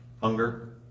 Hunger